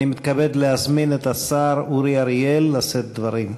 אני מתכבד להזמין את השר אורי אריאל לשאת דברים.